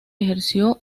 ejerció